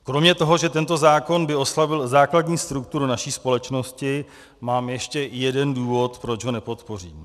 Kromě toho, že tento zákon by oslabil základní strukturu naší společnosti, mám ještě jeden důvod, proč ho nepodpořím.